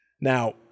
Now